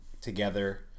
together